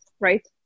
right